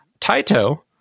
Taito